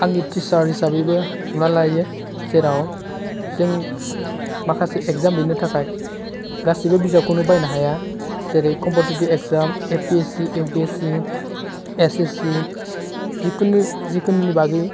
आंनि टिचार हिसाबैबो हमनानै लायो जेराव जों माखासे इग्जाम लिरनो थाखाय गासिबो बिजाबखौनो बायनो हाया जेरै competitive exam APSC UPSC SSC जिखुनु जिखुनि नि बागै